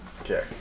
Okay